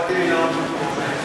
יכולתי לנאום במקומך.